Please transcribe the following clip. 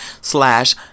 slash